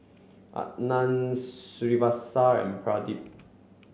Anand Srinivasa and Pradip